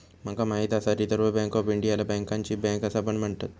माका माहित आसा रिझर्व्ह बँक ऑफ इंडियाला बँकांची बँक असा पण म्हणतत